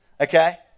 Okay